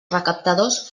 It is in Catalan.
recaptadors